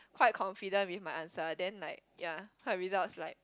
quite confident with my answer then like yea her results like